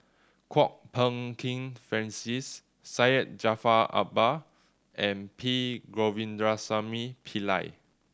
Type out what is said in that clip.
Kwok Peng Kin Francis Syed Jaafar Albar and P Govindasamy Pillai